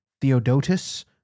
Theodotus